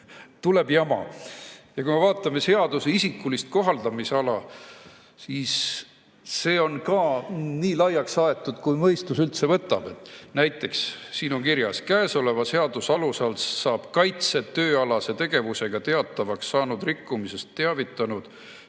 tuleb jama. Kui me vaatame seaduse isikulist kohaldusala, siis näeme, et see on ka nii laiaks aetud, kui mõistus üldse võtab. Näiteks on siin kirjas, et käesoleva seaduse alusel saab kaitset tööalase tegevusega teatavaks saanud rikkumisest teavitanud